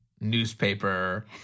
newspaper